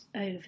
over